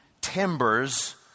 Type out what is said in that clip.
timbers